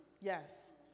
Yes